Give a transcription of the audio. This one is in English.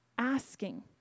asking